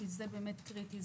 כי זה באמת קריטי,